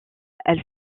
elles